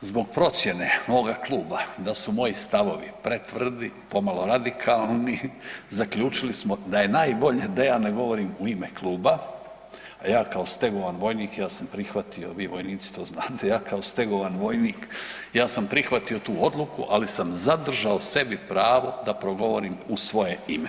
zbog procijene moga kluba da su moji stavovi pretvrdi, pomalo preradikalni, zaključili smo da je najbolje da ja ne govorim u ime kluba, a ja kao stegovan vojnik ja sam prihvatio, vi vojnici to znate, ja kao stegovan vojnik ja sam prihvatio tu odluku, ali sam zadržao sebi pravo da progovorim u svoje ime.